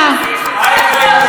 מה יקרה אם,